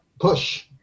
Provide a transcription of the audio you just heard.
push